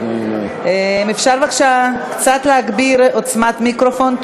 אם אפשר, בבקשה קצת להגביר את עוצמת המיקרופון.